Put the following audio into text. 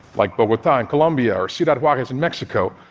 like bogota in colombia or ciudad juarez in mexico,